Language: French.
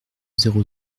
zéro